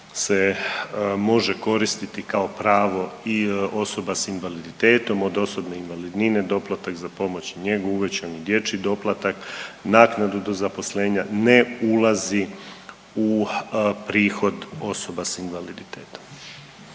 se može koristiti kao pravo i osoba sa invaliditetom od osobne invalidnine, doplatak za pomoć i njegu, uvećan dječji doplatak, naknadu do zaposlenja ne ulazi u prihod osoba s invaliditetom.